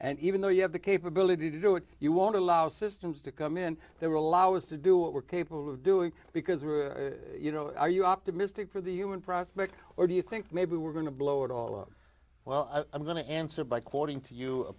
and even though you have the capability to do it you won't allow systems to come in they were allow us to do what we're capable of doing because you know are you optimistic for the human prospect or do you think maybe we're going to blow it all up well i'm going to answer by quoting to